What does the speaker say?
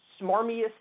smarmiest